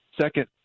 Second